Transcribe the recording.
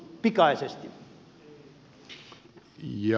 herra puhemies